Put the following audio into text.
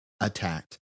attacked